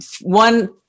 one